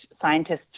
scientists